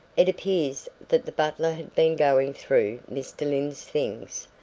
it appears that the butler had been going through mr. lyne's things,